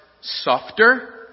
softer